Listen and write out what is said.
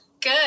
Good